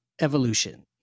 evolution